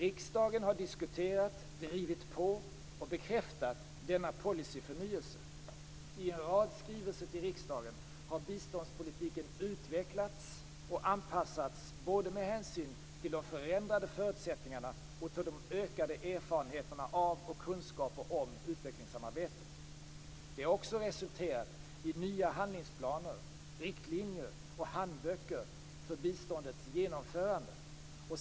Riksdagen har diskuterat, drivit på och bekräftat denna policyförnyelse. I en rad skrivelser till riksdagen har biståndspolitiken utvecklats och anpassats både med hänsyn till de förändrade förutsättningarna och till de ökade erfarenheterna av och kunskaperna om utvecklingssamarbetet. Det har också resulterat i nya handlingsplaner, riktlinjer och handböcker för biståndets genomförande.